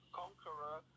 conqueror